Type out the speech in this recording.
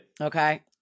Okay